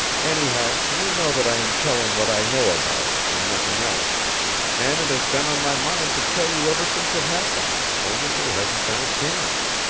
anyhow, you know that i am telling what i know about, and nothing else and it has been on my mind to tell you ever since it happened, only there hasn't been a chance.